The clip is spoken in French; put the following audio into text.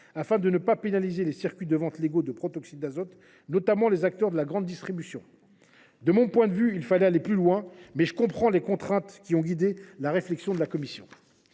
afin de ne pas pénaliser les circuits de vente légaux de protoxyde d’azote, notamment les acteurs de la grande distribution. De mon point de vue, il fallait aller plus loin, mais je comprends les contraintes qui ont guidé la réflexion de la commission.